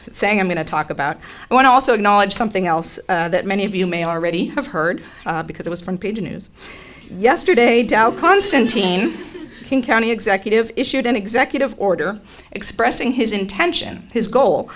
saying i'm going to talk about i want to also acknowledge something else that many of you may already have heard because it was front page news yesterday dow konstantin county executive issued an executive order expressing his intention his goal